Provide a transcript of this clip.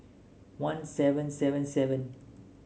one seven seven seven